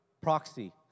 proxy